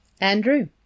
Andrew